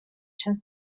ჩანს